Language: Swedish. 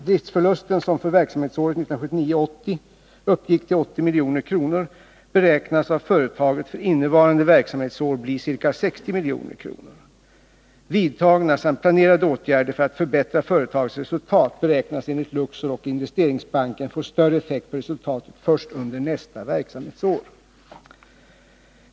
Driftsförlusten, som för verksamhetsåret 1979/80 uppgick till 80 milj.kr., beräknas av företaget för innevarande verksamhetsår bli ca 60 milj.kr. Vidtagna samt planerade åtgärder för att förbättra företagets resultat beräknas enligt Luxor och Investeringsbanken få större effekt på resultatet först under nästa verksamhetsår.